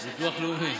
ביטוח לאומי.